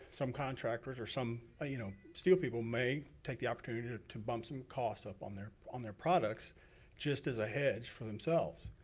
some contractors or some ah you know steel people may take the opportunity to bump some costs up on their on their products just as a hedge for themselves.